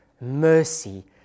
mercy